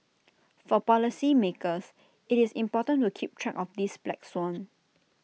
for policymakers IT is important to keep track of this black swan